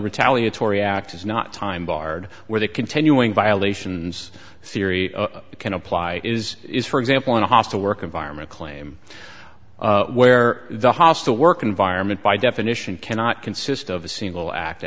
retaliatory act is not time barred where the continuing violations theory can apply is is for example in a hostile work environment claim where the hostile work environment by definition cannot consist of a single act